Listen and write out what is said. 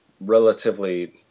relatively